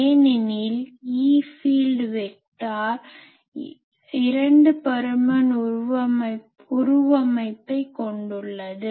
ஏனெனில் E field vector 2 பருமன் உருவமைப்பைக் கொண்டுள்ளது